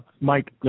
Mike